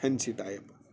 fancy type